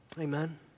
Amen